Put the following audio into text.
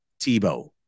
Tebow